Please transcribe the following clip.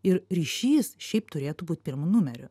ir ryšys šiaip turėtų būt pirmu numeriu